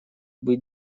быть